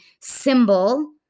symbol